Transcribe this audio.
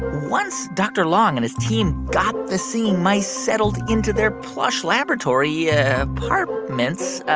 once dr. long and his team got the singing mice settled into their plush laboratory yeah apartments,